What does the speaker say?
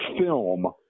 film